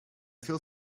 feel